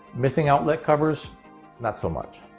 missing outlet covers not so much.